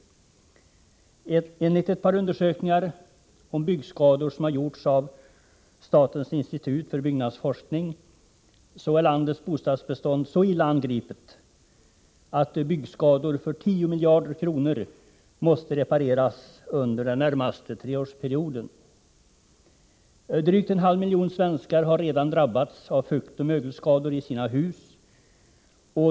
Enligt ett par undersökningar om byggskador som gjorts av statens institut för byggnadsforskning är landets bostadsbestånd så illa angripet, att byggskador för 10 miljarder kronor måste repareras under den närmaste treårsperioden. Drygt en halv miljon svenskar har redan drabbats av fuktoch mögelskador i sina hus.